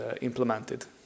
implemented